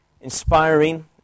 inspiring